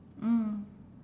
mm